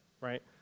right